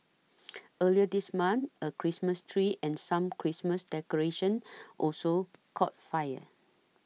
earlier this month a Christmas tree and some Christmas decorations also caught fire